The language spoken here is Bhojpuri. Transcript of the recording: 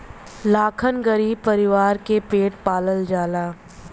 लाखन गरीब परीवार के पेट पालल जाला